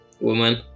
woman